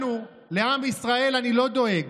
לנו, לעם בישראל, אני לא דואג,